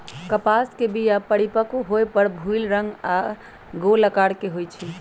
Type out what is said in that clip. कपास के बीया परिपक्व होय पर भूइल रंग आऽ गोल अकार के होइ छइ